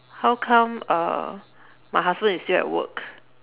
how come uh my husband is still at work